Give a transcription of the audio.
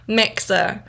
mixer